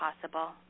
possible